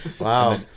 Wow